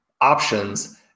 options